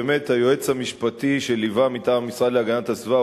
היועץ המשפטי שליווה מטעם המשרד להגנת הסביבה,